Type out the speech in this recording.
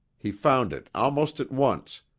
he found it almost at once,